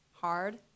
Hard